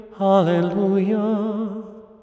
Hallelujah